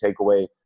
takeaway